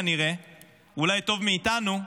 כנראה אולי טוב מאיתנו,